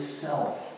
self